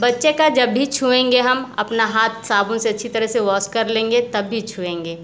बच्चे का जब भी छुएंगे हम अपना हाथ साबुन से अच्छी तरह से वॉश कर लेंगे तब ही छुएंगे